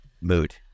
mood